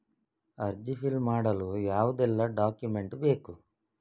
ಅರ್ಜಿ ಫಿಲ್ ಮಾಡಲು ಯಾವುದೆಲ್ಲ ಡಾಕ್ಯುಮೆಂಟ್ ಬೇಕು?